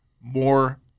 more